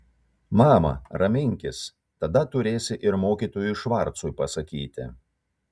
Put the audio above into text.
mama raminkis tada turėsi ir mokytojui švarcui pasakyti